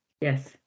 yes